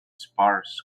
sparse